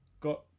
Got